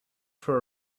for